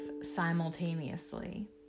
simultaneously